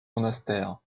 monastères